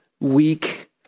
weak